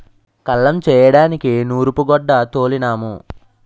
కల్లం చేయడానికి నూరూపుగొడ్డ తోలినాము